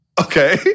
Okay